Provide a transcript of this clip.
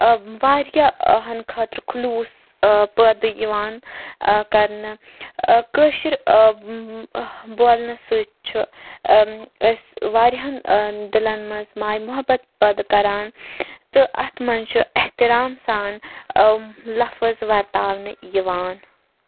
واریاہَن خٲطرٕ خلوٗص پٲدٕ یِوان کَرنہٕ کٲشِر بولنہٕ سۭتۍ چھُ أسۍ واریاہَن دِلَن منٛز ماے محبت پٲدٕ کَران تہٕ اَتھ منٛز چھُ احترام سان لفظ وَرتاونہٕ یِوان